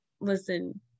listen